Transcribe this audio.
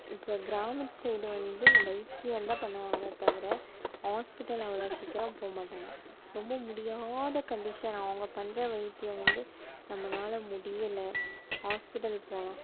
இப்போ கிராமத்து சைடு வந்து வைத்தியம் தான் பண்ணுவாங்க தவிர ஹாஸ்பிட்டல் அவ்வளோ சீக்கிரம் போகமாட்டாங்க ரொம்ப முடியாத கண்டிஷன் அவங்க பண்ணுற வைத்தியம் வந்து நம்மளால் முடியலை ஹாஸ்பிட்டல் போகலாம்